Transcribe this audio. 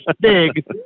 big